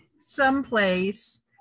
someplace